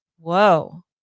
whoa